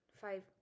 five